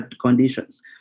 conditions